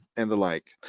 and the like.